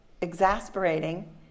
exasperating